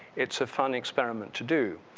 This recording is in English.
it's a fun experiment to do.